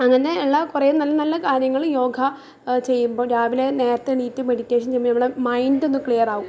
അങ്ങനെ ഉള്ള കുറെ നല്ല നല്ല കാര്യങ്ങള് യോഗ ചെയ്യുമ്പോൾ രാവിലെ നേരത്തെ എണീറ്റ് മെഡിറ്റേഷൻ ചെയ്യുമ്പം നമ്മളുടെ മൈൻറ്റൊന്ന് ക്ലിയറാവും